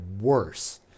worse